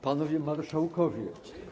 Panowie Marszałkowie!